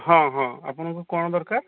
ହଁ ହଁ ଆପଣଙ୍କୁ କ'ଣ ଦରକାର